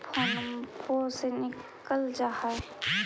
फोनवो से निकल जा है?